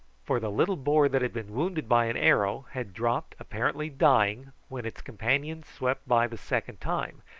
for the little boar that had been wounded by an arrow, had dropped, apparently dying, when its companions swept by the second time,